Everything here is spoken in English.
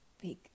big